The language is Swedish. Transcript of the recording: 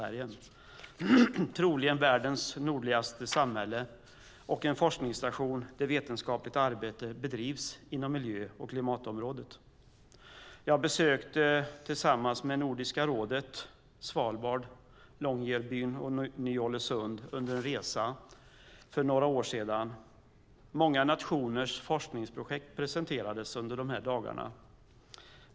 Det är troligen världens nordligaste samhälle och en forskningsstation där vetenskapligt arbete bedrivs inom miljö och klimatområdet. Jag besökte tillsammans med Nordiska rådet Longyearbyen och Ny-Ålesund på Svalbard under en resa för några år sedan. Många nationers forskningsprojekt presenterades under dessa dagar.